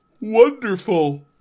Wonderful